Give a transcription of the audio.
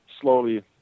slowly